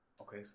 Okay